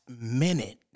minute